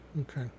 Okay